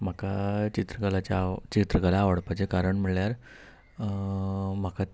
म्हाका चित्रकलाच्या आ चित्रकला आवडपाचें कारण म्हणल्यार म्हाका